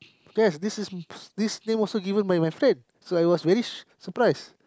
yes this is this name also given by my friend so I was very surprised